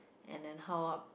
and how